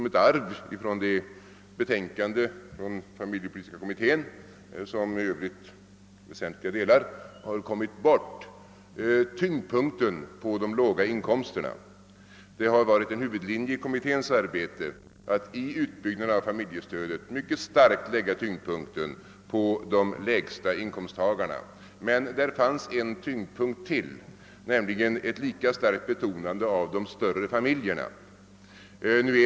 Ett arv från den familjepolitiska kommitténs betänkande, som för övrigt i väsentliga delar kommit bort, är att tyngdpunkten ligger på de låga inkomsterna. En huvudlinje i kommitténs arbete har varit att vid utbyggnaden av familjestödet mycket starkt lägga tyngdpunkten på de lägsta inkomsttagarna, men det har funnits ytterligare en tyngdpunkt, nämligen ett lika starkt betonande av de större familjerna.